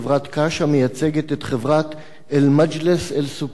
קש המייצגת את חברת "אל-מַגְ'לִס אל-סוּכַּאן".